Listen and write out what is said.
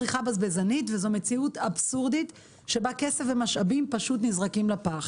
וזאת מציאות אבסורדית שבה כסף ומשאבים פשוט נזרקים לפח.